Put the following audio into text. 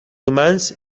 humans